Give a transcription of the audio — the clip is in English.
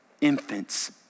infants